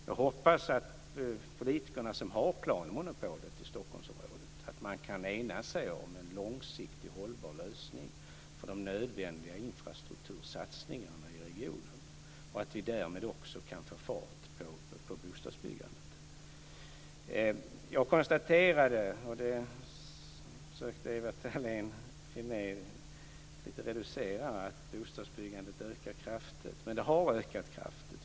Jag hoppas att politikerna, som har planmonopolet i Stockholmsområdet, kan ena sig om en långsiktigt hållbar lösning för de nödvändiga infrastruktursatsningarna i regionen och att vi därmed också kan få fart på bostadsbyggandet. Jag konstaterade, och det försökte Ewa Thalén Finné reducera lite, att bostadsbyggandet ökar kraftigt. Det har ökat kraftigt.